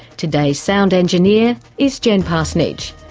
today's sound engineer is jenny parsonage.